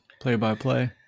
play-by-play